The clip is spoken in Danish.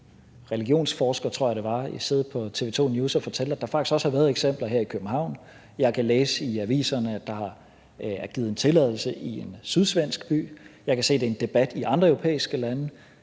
religionsforsker, tror jeg det var, som sad på TV 2 News og fortalte, at der faktisk også har været eksempler her i København. Jeg kan læse i aviserne, at der er givet tilladelse til det i en sydsvensk by. Jeg kan se, at det er en debat i andre europæiske lande.